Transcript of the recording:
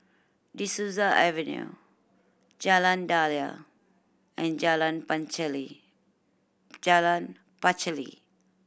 De Souza Avenue Jalan Daliah and Jalan Jalan Pacheli